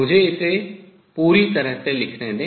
मुझे इसे पहले पूरी तरह से लिखने दें